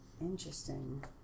Interesting